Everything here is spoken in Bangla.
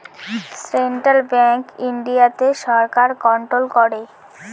সেন্ট্রাল ব্যাঙ্ক ইন্ডিয়াতে সরকার কন্ট্রোল করে